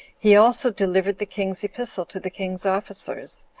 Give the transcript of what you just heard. he also delivered the king's epistle to the king's officers,